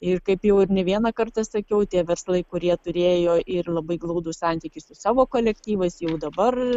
ir kaip jau ir ne vieną kartą sakiau tie verslai kurie turėjo ir labai glaudų santykį su savo kolektyvais jau dabar